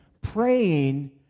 praying